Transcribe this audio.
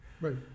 Right